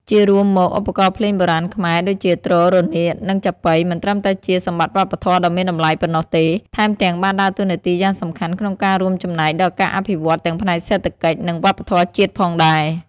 ជារួមមកឧបករណ៍ភ្លេងបុរាណខ្មែរ ដូចជា ទ្រ រនាត និងចាប៉ី មិនត្រឹមតែជាសម្បត្តិវប្បធម៌ដ៏មានតម្លៃប៉ុណ្ណោះទេ ថែមទាំងបានដើរតួនាទីយ៉ាងសំខាន់ក្នុងការរួមចំណែកដល់ការអភិវឌ្ឍទាំងផ្នែកសេដ្ឋកិច្ច និងវប្បធម៌ជាតិផងដែរ។